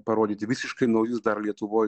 parodyti visiškai naujus dar lietuvoj